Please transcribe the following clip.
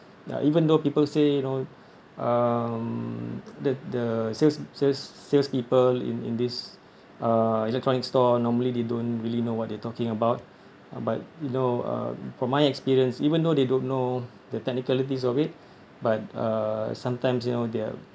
ya even though people say you know um that the sales sales salespeople in in this uh electronic store normally they don't really know what they are talking about uh but you know uh from my experience even though they don't know the technicalities of it but uh sometimes you know their